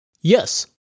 Yes